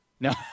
No